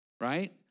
right